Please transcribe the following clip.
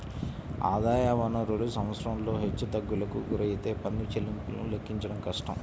ఆదాయ వనరులు సంవత్సరంలో హెచ్చుతగ్గులకు గురైతే పన్ను చెల్లింపులను లెక్కించడం కష్టం